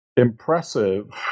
Impressive